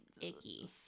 Icky